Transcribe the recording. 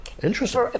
Interesting